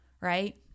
right